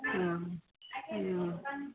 ಹ್ಞೂ ಹ್ಞೂ